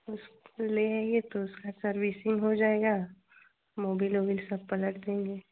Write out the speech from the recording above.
उसे ले आइए तो उसका सर्विसिंग हो जाएगा मोबिल वोबिल सब पलट देंगे